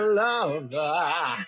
lover